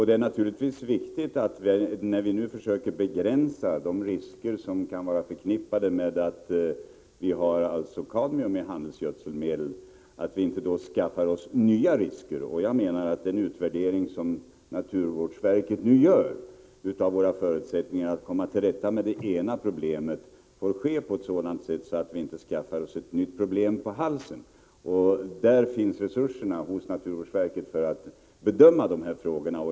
Det är givetvis viktigt att vi, när vi nu försöker begränsa de risker som kan vara förknippade med att vi har kadmium i handelsgödselmedel, inte skaffar oss nya risker. Jag menar att den utvärdering som naturvårdsverket gör av våra förutsättningar att komma till rätta med det ena problemet bör ske på ett sådant sätt att vi inte skaffar oss ett nytt problem på halsen. Hos naturvårdsverket finns resurserna att bedöma 21 hjälpa jordbrukare med hög skuldsättning de här frågorna.